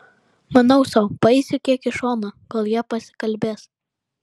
manau sau paeisiu kiek į šoną kol jie pasikalbės